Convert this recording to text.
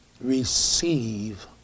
receive